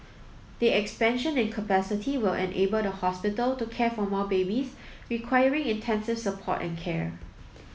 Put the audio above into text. the expansion in capacity will enable the hospital to care for more babies requiring intensive support and care